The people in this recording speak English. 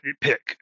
pick